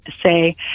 say